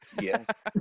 yes